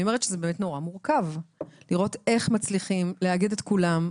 אני אומרת שזה באמת נורא מורכב לראות איך מצליחים לאגד את כולם,